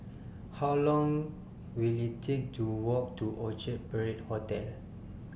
How Long Will IT Take to Walk to Orchard Parade Hotel